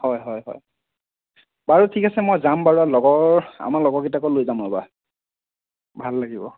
হয় হয় হয় বাৰু ঠিক আছে মই যাম বাৰু লগৰ আমাৰ লগৰকেইটাকো লৈ যাম ৰ'বা ভাল লাগিব